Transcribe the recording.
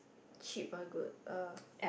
cheap or good uh